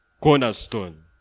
cornerstone